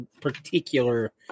particular